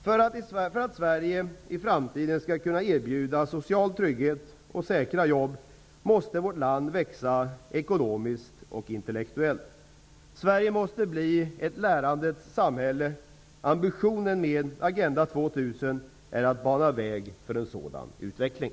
För att Sverige i framtiden skall kunna erbjuda social trygghet och säkra jobb måste vårt land växa ekonomiskt och intellektuellt. Sverige måste bli ett lärandets samhälle. Ambitionen med Agenda 2000 är att bana väg för en sådan utveckling.